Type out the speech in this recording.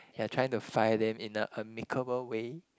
you're trying to fire them in a amicable way